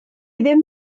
ddim